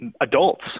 adults